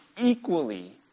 equally